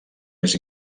més